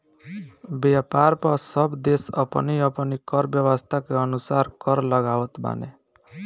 व्यापार पअ सब देस अपनी अपनी कर व्यवस्था के अनुसार कर लगावत बाने